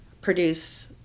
produce